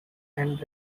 and